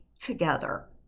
together